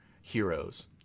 heroes